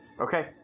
Okay